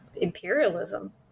imperialism